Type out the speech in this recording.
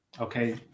Okay